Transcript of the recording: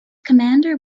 commander